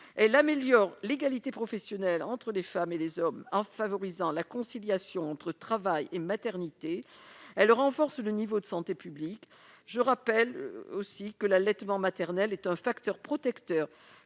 elle renforcerait l'égalité professionnelle entre les femmes et les hommes en favorisant la conciliation entre travail et maternité ; elle améliorerait le niveau de santé publique puisque, je le rappelle, l'allaitement maternel est un facteur protecteur